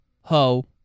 ho